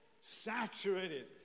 saturated